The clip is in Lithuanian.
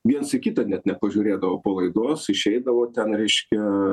viens į kitą net nepažiūrėdavo po laidos išeidavo ten reiškia